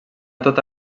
tota